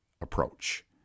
approach